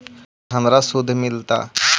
हमरा शुद्ध मिलता?